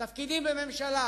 תפקידים בממשלה